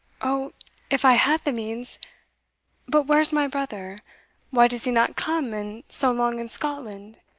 o if i had the means but where's my brother why does he not come, and so long in scotland?